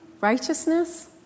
righteousness